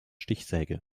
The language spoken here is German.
stichsäge